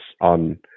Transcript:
on